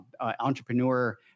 entrepreneur